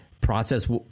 process